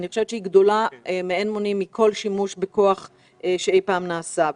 אני חושבת שהיא גדולה לאין מונים מכל שימוש בכוח שאי פעם נעשה.